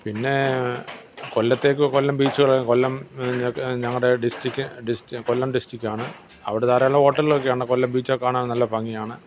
പിന്നെ കൊല്ലത്തേക്ക് കൊല്ലം ബീച്ചുകൾ കൊല്ലം ഞങ്ങൾ ഞങ്ങളുടെ ഡിസ്ട്രിക്റ്റ് ഡിസ്ട്രി കൊല്ലം ഡിസ്ട്രിക്റ്റ് ആണ് അവിടെ ധാരാളം ഹോട്ടലുകൾ ഒക്കെയുണ്ട് കൊല്ലം ബീച്ച് ഒക്കെ കാണാൻ നല്ല ഭംഗിയാണ്